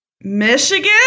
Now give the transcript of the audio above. Michigan